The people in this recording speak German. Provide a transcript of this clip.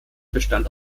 bestand